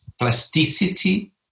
plasticity